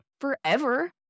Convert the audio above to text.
forever